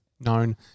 known